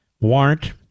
warrant